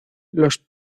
los